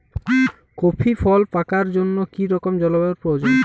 Coffee ফল পাকার জন্য কী রকম জলবায়ু প্রয়োজন?